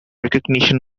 recognition